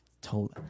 told